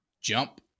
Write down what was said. jump